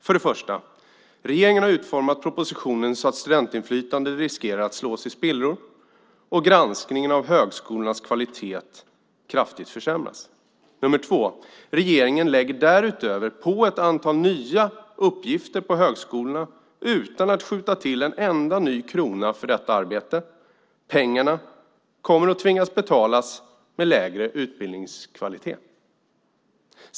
För det första: Regeringen har utformat propositionen så att studentinflytande riskerar att slås i spillror och att granskningen av högskolornas kvalitet kraftigt försämras. För det andra: Regeringen lägger därutöver på ett antal nya uppgifter på högskolorna utan att skjuta till en enda ny krona för detta arbete. Det kommer att betalas med lägre utbildningskvalitet.